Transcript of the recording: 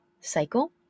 cycle